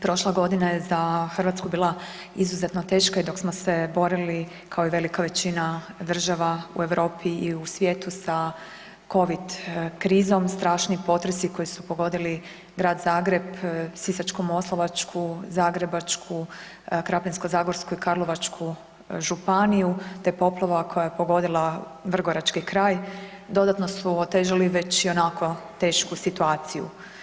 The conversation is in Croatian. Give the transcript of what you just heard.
Prošla godina je za Hrvatsku bila izuzetno teška i dok smo se borili kao i velika većina država u Europi i u svijetu sa covid krizom, strašni potresi koji su pogodili Grad Zagreb, Sisačko-moslavačku, Zagrebačku, Krapinsko-zagorsku i Karlovačku županiju, te poplava koja je pogodila vrgorački kraj dodatno su otežali već ionako tešku situaciju.